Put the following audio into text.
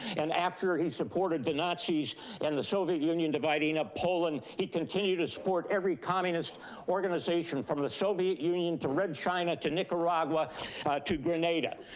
and after he supported the but nazis and the soviet union dividing up poland, he continued to support every communist organization, from the soviet union to red china to nicaragua to grenada.